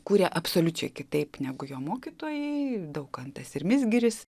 kūrė absoliučiai kitaip negu jo mokytojai daukantas ir mizgiris